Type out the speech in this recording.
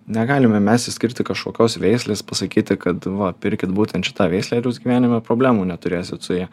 negalime mes išskirti kažkokios veislės pasakyti kad va pirkit būtent šitą veislę ir jūs gyvenime problemų neturėsit su ja